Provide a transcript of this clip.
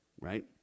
right